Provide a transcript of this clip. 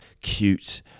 cute